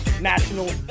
national